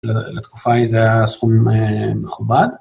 לתקופה ההיא זה היה סכום מכובד.